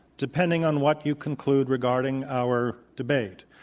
depending on what you conclude regarding our debate.